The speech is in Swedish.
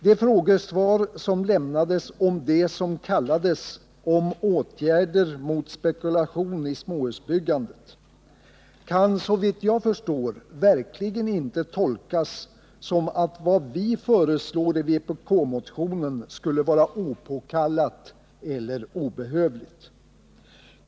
Det frågesvar som lämnades med rubriken Om åtgärder mot spekulation i småhusbyggandet kan såvitt jag förstår verkligen inte tolkas som att vad vi föreslår i vpkmotionen skulle vara opåkallat eller obehövligt.